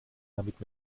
damit